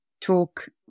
talk